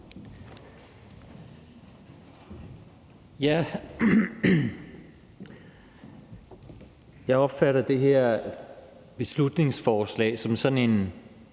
Jeg opfatter det her beslutningsforslag som et